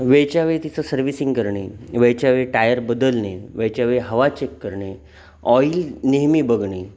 वेळच्या वेळी तिचं सर्व्हिसिंग करणे वेळच्या वेळी टायर बदलणे वेळच्या वेळी हवा चेक करणे ऑईल नेहमी बघणे